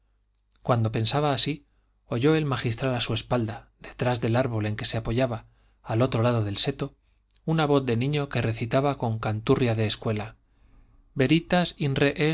cuando pensaba así oyó el magistral a su espalda detrás del árbol en que se apoyaba al otro lado del seto una voz de niño que recitaba con canturia de escuela veritas